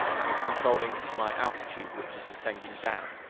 and it's controlling my altitude which is descending down.